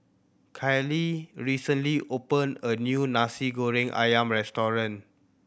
Kaylie recently opened a new Nasi Goreng Ayam restaurant